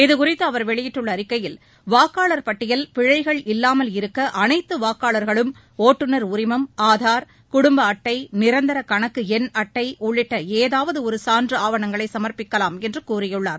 இதுகுறித்து அவர் வெளியிட்டுள்ள அறிக்கையில் வாக்காளர் பட்டியல் பிழைகள் இல்லாமல் இருக்க அனைத்து வாக்காளர்களும் ஒட்டுநர் உரிமம் ஆதார் குடும்ப அட்டை நிரந்தர கணக்கு என் அட்டை உள்ளிட்ட ஏதாவது ஒரு சான்று ஆவணங்களை சமர்ப்பிக்கலாம் என்று கூறியுள்ளார்